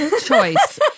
choice